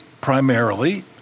primarily